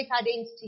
identity